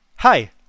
Hi